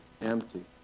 empty